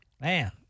Man